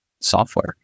software